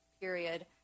period